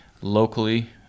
locally